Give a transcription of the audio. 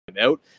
out